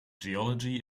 geology